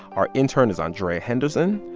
our intern is andrea henderson.